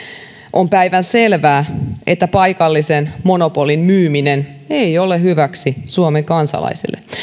on päivänselvää että paikallisen monopolin myyminen ei ole hyväksi suomen kansalaisille